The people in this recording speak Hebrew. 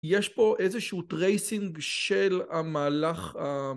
יש פה איזשהו טרייסינג של המהלך ה...